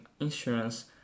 insurance